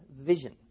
vision